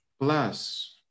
plus